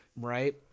right